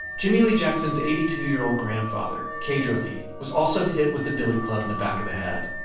jimmie lee jackson's eighty two year old grandfather, cager lee, was also hit with a billy club in the back of the head.